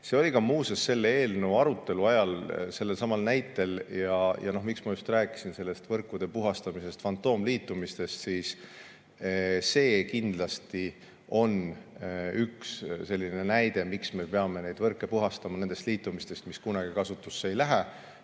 See oli muuseas selle eelnõu arutelu ajal – ja miks ma just rääkisin sellest võrkude puhastamisest ja fantoomliitumistest – kindlasti üks selline näide, miks me peame neid võrke puhastama nendest liitumistest, mis kunagi kasutusse ei lähe.